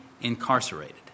incarcerated